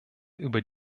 über